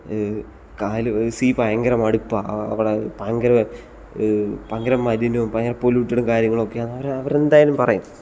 കായൽ സീ ഭയങ്കര മടുപ്പ് അവിടെ ഭയങ്കര ഭയങ്കര മലിനവും ഭയങ്കര പൊലൂറ്റഡും കാര്യങ്ങളൊക്കെയാണ് അവർ അവരെന്തായാലും പറയും